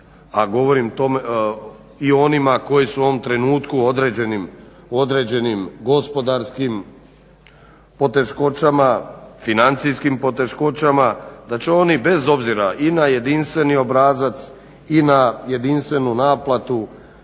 a govorim i o onima koji su u ovim trenucima u određenim gospodarskim, financijskim poteškoćama da će oni bez obzira i na jedinstveni obrazac i na jedinstvenu naplatu